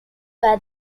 were